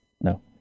No